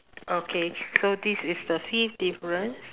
okay so this is the fifth difference